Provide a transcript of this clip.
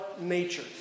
nature